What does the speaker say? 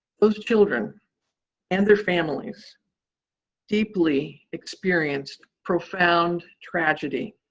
those children and their families deeply experienced profound tragedy